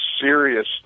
serious